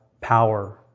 power